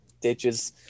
ditches